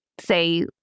say